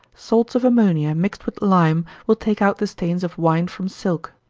salts of ammonia, mixed with lime, will take out the stains of wine from silk.